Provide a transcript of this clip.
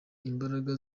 imbaraga